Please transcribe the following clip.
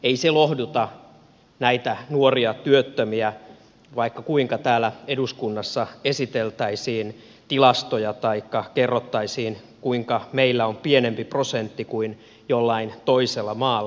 ei se lohduta näitä nuoria työttömiä vaikka kuinka täällä eduskunnassa esiteltäisiin tilastoja taikka kerrottaisiin kuinka meillä on pienempi prosentti kuin jollain toisella maalla